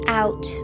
out